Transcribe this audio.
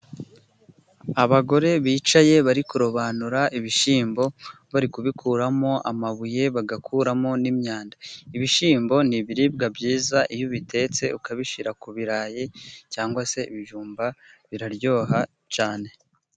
Abagore bicaye bari kurobanura ibishyimbo bari kubikuramo amabuye bagakuramo n'imyanda, ibishyimbo ni ibiribwa byiza iyo ubitetse ukabishyira ku birayi cyangwa se ibijumba biraryoha cyane.